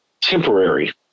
temporary